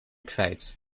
kwijt